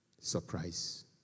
surprise